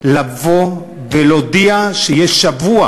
לבוא ולהודיע שיש שבוע.